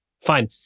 Fine